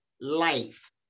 life